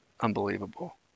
Unbelievable